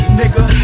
nigga